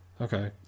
Okay